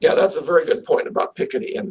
yeah that's a very good point about piketty, and